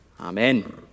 Amen